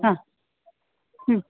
हां